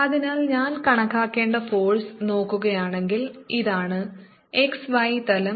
അതിനാൽ ഞാൻ കണക്കാക്കേണ്ട ഫോഴ്സ് നോക്കുകയാണെങ്കിൽ ഇതാണ് x y തലം